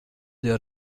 der